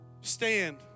Stand